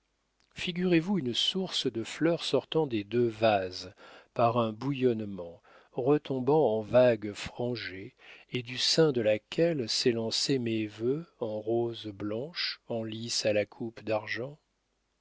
figurez-vous une source de fleurs sortant des deux vases par un bouillonnement retombant en vagues frangées et du sein de laquelle s'élançaient mes vœux en roses blanches en lys à la coupe d'argent